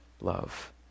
love